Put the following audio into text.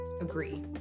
agree